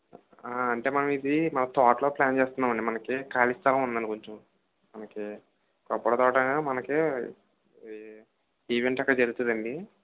అంటే మనమిది మా తోటలో ప్ల్యాన్ చేస్తున్నామండి మనకి ఖాళీ స్థలం ఉందండి కొంచెం మనకి కొబ్బరి తోట మనకి ఇది ఈవెంట్స్ అక్కడ జరుగుతుదండి